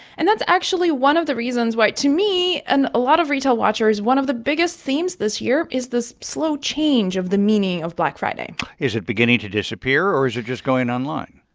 and that's actually one of the reasons why, to me and a lot of retail watchers, one of the biggest themes this year is this slow change of the meaning of black friday is it beginning to disappear, or is it just going online?